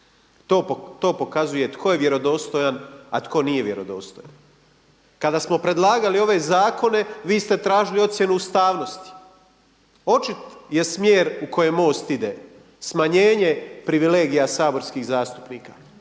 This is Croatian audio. To pokazuje tko je vjerodostojan a tko nije vjerodostojan. Kada smo predlagali ove zakone vi ste tražili ocjenu ustavnosti. Očit je smjer u kojem MOST ide, smanjenje privilegija saborskih zastupnika.